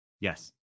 Yes